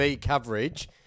coverage –